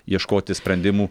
ieškoti sprendimų